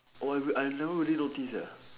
I've I love little things